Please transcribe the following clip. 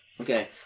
Okay